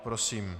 Prosím.